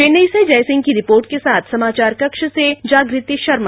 चेन्नई से जयसिंह की रिपोर्ट के साथ समाचार कक्ष से जागृति शर्मा